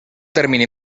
termini